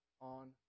on